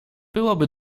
byłoby